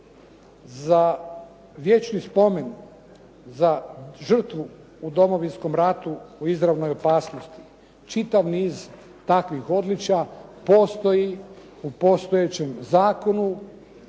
za vječni spomen, za žrtvu u Domovinskom ratu, u izravnoj opasnosti. Čitav niz takvih odličja postoji u postojećem zakonu